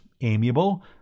amiable